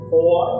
Four